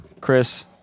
Chris